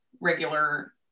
regular